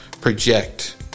project